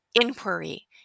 inquiry